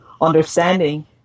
understanding